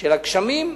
של הגשמים ב-30%.